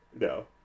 No